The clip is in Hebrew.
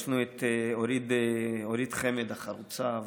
יש לנו את אורית חמד החרוצה והטובה,